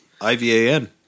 I-V-A-N